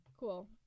cool